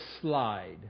slide